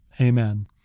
Amen